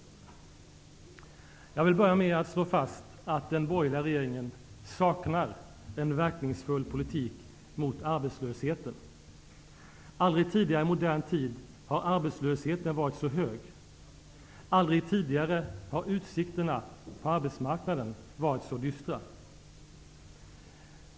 Jag vill börja med att slå fast att den borgerliga regeringen saknar en verkningsfull politik mot arbetslösheten. Aldrig tidigare i modern tid har arbetslösheten varit så hög, och aldrig tidigare har utsikterna på arbetsmarknaden varit så dystra.